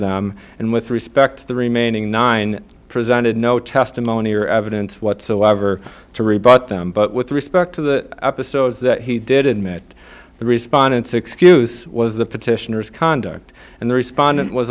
them and with respect to the remaining nine presented no testimony or evidence whatsoever to rebut them but with respect to the episodes that he did admit the respondents excuse was the petitioners conduct and the respondent was